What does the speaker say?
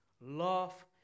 love